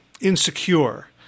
insecure